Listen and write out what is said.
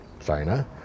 China